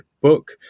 book